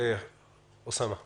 ח"כ אוסאמה סעדי,